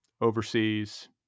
overseas